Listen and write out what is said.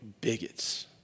bigots